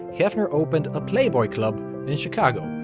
hefner opened a playboy club in chicago,